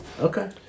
okay